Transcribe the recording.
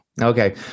Okay